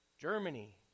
Germany